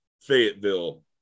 Fayetteville